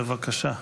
בבקשה.